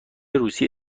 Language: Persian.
روسیه